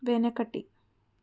వెనకటి